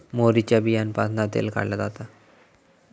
मोहरीच्या बीयांपासना तेल काढला जाता